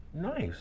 Nice